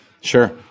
Sure